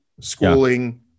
schooling